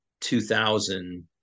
2000